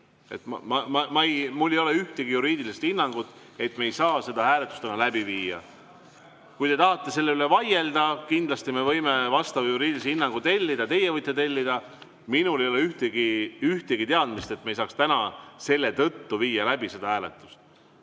Mul ei ole ühtegi juriidilist hinnangut, et me ei saa täna hääletust läbi viia. Kui te tahate selle üle vaielda, kindlasti me võime vastava juriidilise hinnangu tellida, teie võite tellida. Minul ei ole ühtegi teadmist, et me ei saaks täna selle tõttu viia läbi seda hääletust.